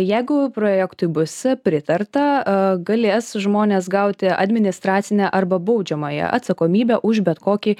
jegu projektui bus pritarta galės žmonės gauti administracinę arba baudžiamąją atsakomybę už bet kokį